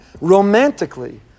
romantically